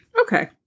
Okay